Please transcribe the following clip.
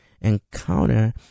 encounter